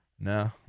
No